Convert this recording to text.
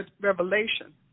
revelation